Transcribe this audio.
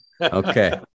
Okay